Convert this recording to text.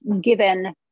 given